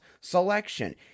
selection